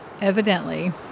evidently